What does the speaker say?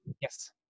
yes